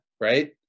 right